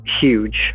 huge